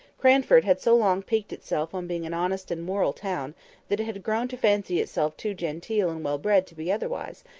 cranford had so long piqued itself on being an honest and moral town that it had grown to fancy itself too genteel and well-bred to be otherwise,